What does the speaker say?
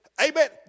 Amen